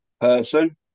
person